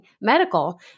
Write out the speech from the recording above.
medical